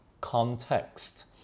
context